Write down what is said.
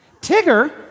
Tigger